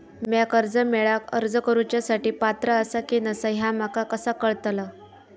म्या कर्जा मेळाक अर्ज करुच्या साठी पात्र आसा की नसा ह्या माका कसा कळतल?